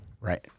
Right